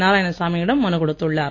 நாராயணசாமி யிடம் மனு கொடுத்துள்ளார்